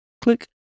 Click